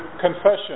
confession